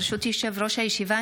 ברשות יושב-ראש הישיבה,